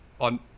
On